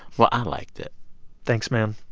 well, i liked it thanks, man.